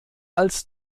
als